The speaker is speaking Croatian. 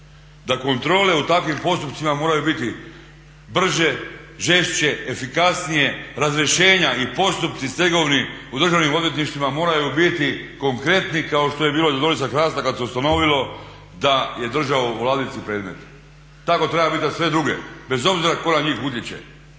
da kontrole u takvim postupcima moraju biti brže, žešće, efikasnije, razrješenja i postupci stegovni u državnim odvjetništvima moraju biti konkretni kao što je bilo i …/Govornik se ne razumije./… kad se ustanovilo da je držao u ladici predmet. Tako treba biti za sve druge bez obzira tko na njih utječe,